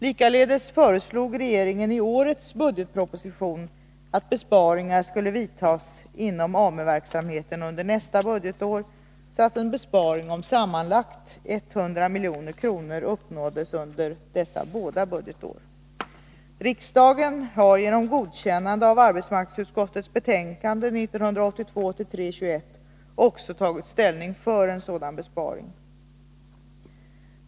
Likaledes föreslog regeringen i årets budgetproposition att besparingar skulle vidtas inom AMU-verksamheten under nästa budgetår, så att en besparing om sammanlagt 100 milj.kr. uppnåddes under dessa båda budgetår. Riksdagen har genom godkännande av arbetsmarknadsutskottets betänkande 1982/83:21 också tagit ställning för en sådan besparing.